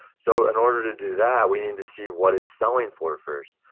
so in order to do that, we need to see what it's selling for first.